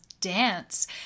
dance